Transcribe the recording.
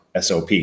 SOP